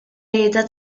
rieda